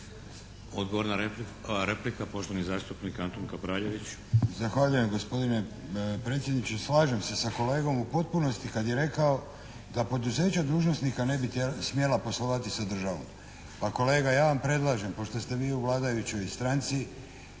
Odgovor na repliku, poštovani zastupnik Antun Kapraljević,